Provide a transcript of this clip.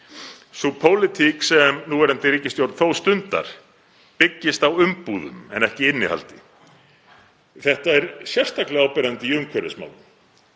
Sú pólitík sem núverandi ríkisstjórn þó stundar byggist á umbúðum en ekki innihaldi. Þetta er sérstaklega áberandi í umhverfismálum.